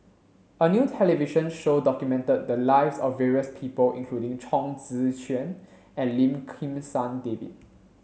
a new television show documented the lives of various people including Chong Tze Shien and Lim Kim San David